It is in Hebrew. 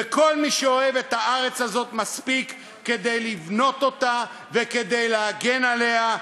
וכל מי שאוהב את הארץ הזאת מספיק כדי לבנות אותה וכדי להגן עליה,